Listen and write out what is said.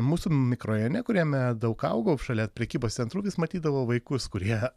mūsų mikrorajone kuriame daug augau šalia prekybos centrų vis matydavau vaikus kurie